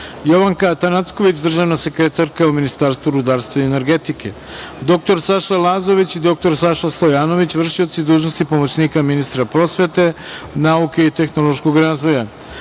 Jovanka Atanacković, državna sekretarka u Ministarstvu rudarstva i energetike, dr Saša Lazović i dr Saša Stojanović, vršioci dužnosti pomoćnika ministra prosvete, nauke i tehnološkog razvoja,